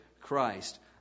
Christ